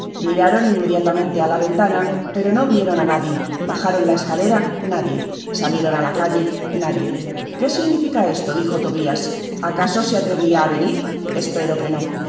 miraron nmediatamente á la ventana pero no vieroná nadie bajaron la escalera nadie salieron á la calle nadie qué significa esto dijo tobiasacaso se atreveria á venir espero que no